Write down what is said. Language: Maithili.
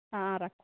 हॅं रखो